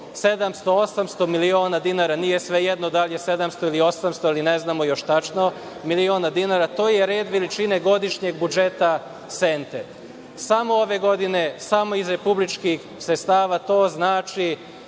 700, 800 miliona dinara, nije svejedno da li je 700 ili 800 miliona dinara, ali ne znamo još tačno, to je red veličine godišnjeg budžeta Sente. Samo ove godine, samo iz republičkih sredstava to znači